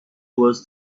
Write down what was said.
was